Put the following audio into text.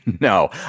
No